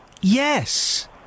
Yes